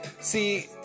See